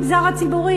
קיצוצים.